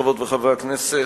חברות וחברי הכנסת,